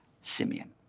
Simeon